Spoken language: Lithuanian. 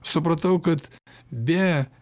supratau kad be